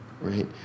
right